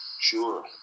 sure